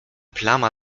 plama